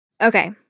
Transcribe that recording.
Okay